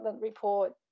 Report